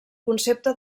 concepte